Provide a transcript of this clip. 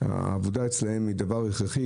והעבודה אצלן היא דבר הכרחי,